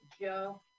Joe